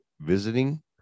visiting